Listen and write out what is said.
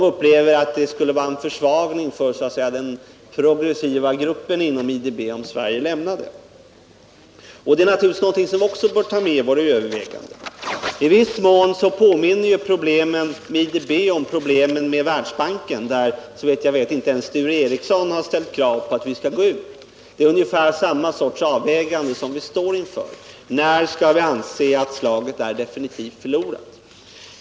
De upplever det som en försvagning av den progressiva gruppen inom IDB om Sverige gick ur. Det är naturligtvis någonting som också bör tas med i våra överväganden. I viss mån påminner problemen med IDB om problemen med Världsbanken, vilken såvitt jag vet inte ens Sture Ericson har krävt att vi skall lämna. Frågan gäller när vi skall anse att slaget definitivt är förlorat.